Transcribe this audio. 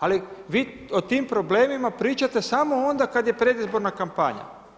Ali, vi o tim problemima pričate samo onda kad je predizborna kampanja.